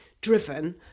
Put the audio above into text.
driven